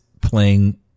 playing